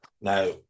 Now